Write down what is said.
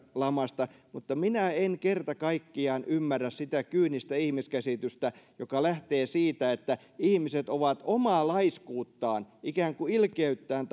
lamasta minä en kerta kaikkiaan ymmärrä sitä kyynistä ihmiskäsitystä joka lähtee siitä että ihmiset ovat omaa laiskuuttaan ikään kuin ilkeyttään